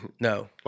no